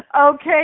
Okay